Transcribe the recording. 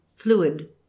fluid